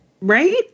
Right